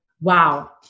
wow